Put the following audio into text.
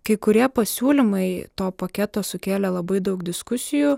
kai kurie pasiūlymai to paketo sukėlė labai daug diskusijų